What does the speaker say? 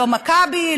לא מכבי,